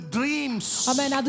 dreams